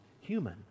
human